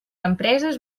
empreses